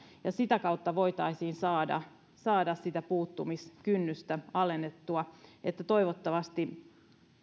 ja sitä kautta voitaisiin saada saada sitä puuttumiskynnystä alennettua toivottavasti